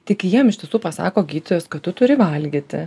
tik jiem iš tiesų pasako gydytojas kad tu turi valgyti